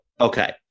Okay